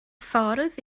ffordd